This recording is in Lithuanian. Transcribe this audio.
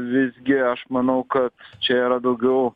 visgi aš manau kad čia yra daugiau